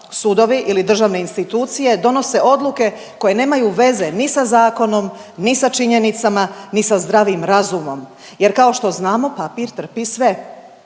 sudovi ili državne institucije donose odluke koje nemaju veze ni sa zakonom, ni sa činjenicama, ni sa zdravim razumom jer kao što znamo papir trpi sve.